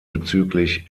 bezüglich